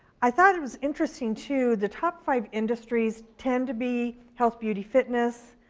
i thought it was interesting too, the top five industries tend to be health, beauty, fitness,